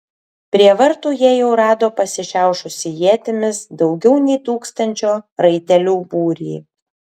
prie vartų jie jau rado pasišiaušusį ietimis daugiau nei tūkstančio raitelių būrį